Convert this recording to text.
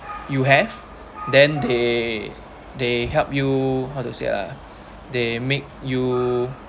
you have then they they help you how to say ah they make you